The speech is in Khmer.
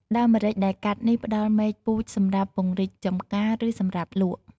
ដើមម្រេច ដែលកាត់នេះ ផ្តល់មែកពូជសម្រាប់ពង្រីកចម្ការ ឬសម្រាប់លក់។